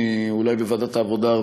אולי בוועדת העבודה,